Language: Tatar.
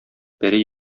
пәри